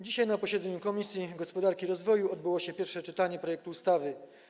Dzisiaj, na posiedzeniu Komisji Gospodarki i Rozwoju, odbyło się pierwsze czytanie projektu ustawy.